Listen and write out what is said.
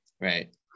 right